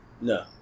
No